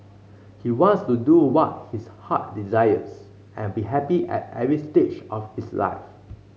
he wants to do what his heart desires and be happy at every stage of his life